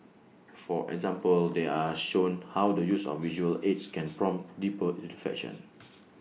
for example they are shown how the use of visual aids can prompt deeper reflection